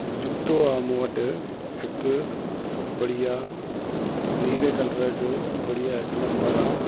जुतो आहे मूं वटि हिकु बढ़िया नीरे कलर जो बढ़िया हिकु नंबर आहे